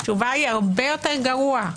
התשובה היא הרבה יותר גרוע.